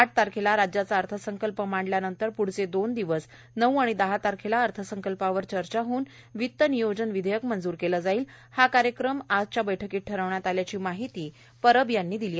आठ तारखेला राज्याचा अर्थसंकल्प मांडल्यानंतर पुढचे दोन दिवस नऊ आणि दहा तारखेला अर्थसंकल्पावर चर्चा होऊन वित्त नियोजन विधेयक मंजूर केलं जाईल हा कार्यक्रम आजच्या बैठकीत ठरवण्यात आल्याची माहिती परब यांनी दिली